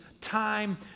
time